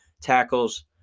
tackles